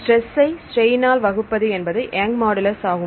stress ஐ strain ஆல் வகுப்பது என்பது யங்ஸ் மாடுலஸ் Young's modulus ஆகும்